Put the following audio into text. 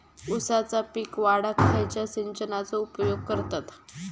ऊसाचा पीक वाढाक खयच्या सिंचनाचो उपयोग करतत?